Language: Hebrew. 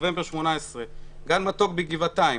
נובמבר 2018. גן מתוק בגבעתיים